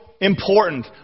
important